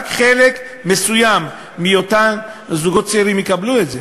רק חלק מסוים מאותם זוגות צעירים יקבלו את זה.